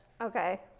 Okay